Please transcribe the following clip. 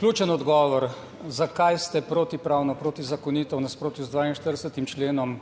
Ključen odgovor: zakaj ste protipravno, protizakonito v nasprotju z 42. členom